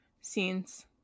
scenes